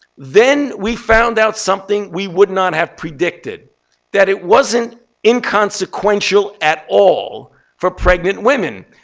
then we found out something we would not have predicted that it wasn't inconsequential at all for pregnant women.